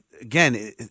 again